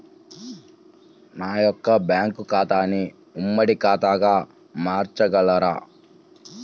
నా యొక్క బ్యాంకు ఖాతాని ఉమ్మడి ఖాతాగా మార్చగలరా?